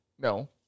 No